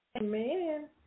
Amen